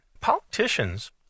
Politicians